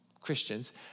Christians